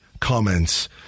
comments